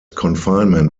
confinement